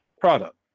product